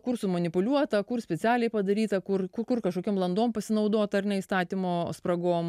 kur sumanipuliuota kur specialiai padaryta kur kur kažkokiom landom pasinaudota ar ne įstatymo spragos